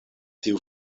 tiu